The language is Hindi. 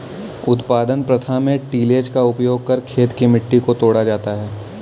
उत्पादन प्रथा में टिलेज़ का उपयोग कर खेत की मिट्टी को तोड़ा जाता है